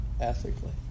ethically